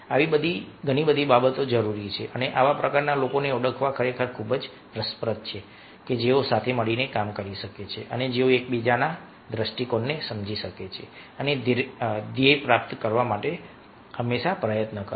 આવી બધી બાબતો જરૂરી છે અને આવા પ્રકારના લોકોને ઓળખવા ખરેખર ખૂબ જ રસપ્રદ છે કે જેઓ સાથે મળીને કામ કરી શકે અને જેઓ એકબીજાના દૃષ્ટિકોણને સમજી શકે અને ધ્યેય પ્રાપ્ત કરવા માટે હંમેશા પ્રયત્નો કરે